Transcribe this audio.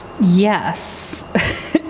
Yes